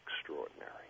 extraordinary